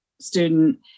student